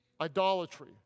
Idolatry